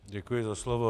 Děkuji za slovo.